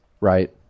right